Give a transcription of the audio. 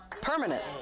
Permanent